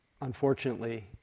unfortunately